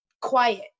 quiet